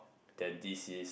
than D C